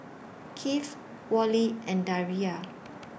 Kieth Worley and Daria